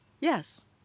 Yes